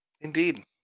Indeed